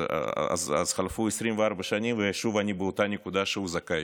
אז חלפו 24 שנים, ושוב אני באותה נקודה שהוא זכאי.